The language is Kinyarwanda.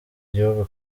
igihugu